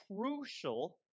crucial